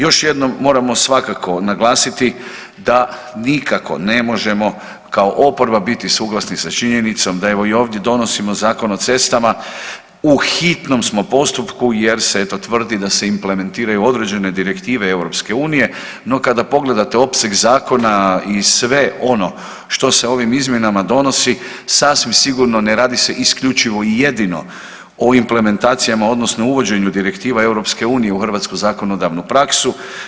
Još jednom, moramo svakako naglasiti da nikak one možemo kao oporba biti suglasni sa činjenicom da evo, i ovdje donosimo Zakon o cestama, u hitnom smo postupku, jer se eto, tvrdi da se implementiraju određene direktive EU, no kada pogledate opseg zakona i sve ono što se ovim izmjenama donosi, sasvim sigurno ne radi se isključivo i jedino o implementacijama, odnosno uvođenju direktiva EU u hrvatsku zakonodavnu praksu.